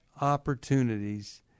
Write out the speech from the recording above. opportunities